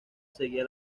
seguía